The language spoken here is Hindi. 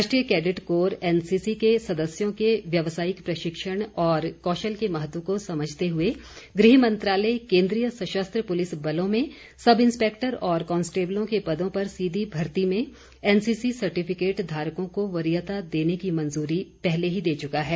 राष्ट्रीय केडेट कोर एनसीसी के सदस्यों के व्यावसायिक प्रशिक्षण और कौशल के महत्व को समझते हुए गृह मंत्रालय केंद्रीय सशस्त्र पुलिस बलों में सब इंस्पेक्टर और कांस्टेबलों के पदों पर सीधी भर्ती में एनसीसी सर्टिफिकेट धारकों को वरीयता देने की मंजूरी पहले ही दे चुका है